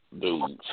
dudes